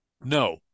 No